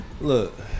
Look